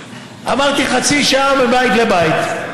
אמרתי: חצי שעה מבית לבית,